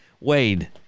Wade